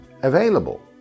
available